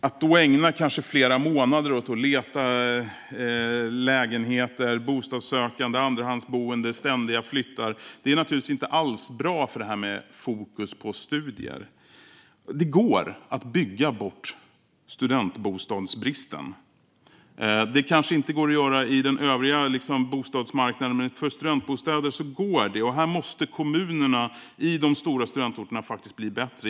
Att då ägna kanske flera månader åt bostadssökande, andrahandsboende och ständiga flyttar är naturligtvis inte alls bra för det här med fokus på studier. Det går att bygga bort studentbostadsbristen. Det kanske inte går att göra på den övriga bostadsmarknaden, men för studentbostäder går det. Här måste kommunerna i de stora studentorterna faktiskt bli bättre.